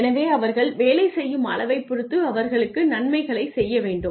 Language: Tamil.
எனவே அவர்கள் வேலை செய்யும் அளவைப் பொறுத்து அவர்களுக்கு நன்மைகளை செய்ய வேண்டும்